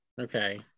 Okay